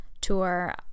tour